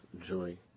joy